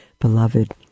Beloved